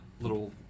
little